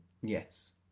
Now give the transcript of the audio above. Yes